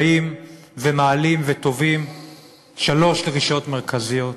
מעלים ותובעים שלוש דרישות מרכזיות.